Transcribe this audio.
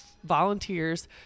volunteers